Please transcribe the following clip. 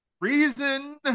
Reason